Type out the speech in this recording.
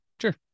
Sure